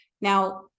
Now